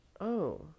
Oh